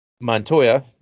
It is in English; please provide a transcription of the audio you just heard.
Montoya